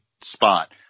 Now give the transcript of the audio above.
spot